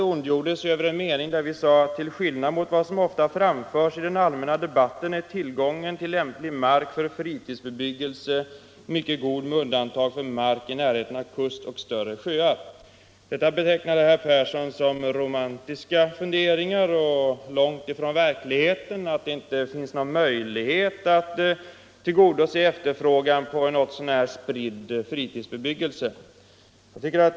Han ondgjorde sig speciellt över en mening där vi skrivit: ”Till skillnad mot vad som ofta framförs i den allmänna debatten är tillgången till lämplig mark för fritidsbebyggelse mycket god med undantag för mark i närheten av kust och större sjöar.” Detta betecknade herr Persson som romantiska funderingar, som ligger långt ifrån verkligheten. Han anser att det inte finns möjlighet att tillgodose efterfrågan på en något så när spridd fritidsbebyggelse.